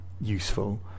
useful